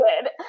good